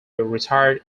retired